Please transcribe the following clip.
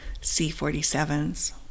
C-47s